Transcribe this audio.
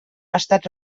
estat